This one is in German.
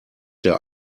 der